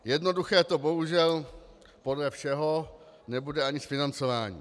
Jednoduché to bohužel podle všeho nebude ani s financováním.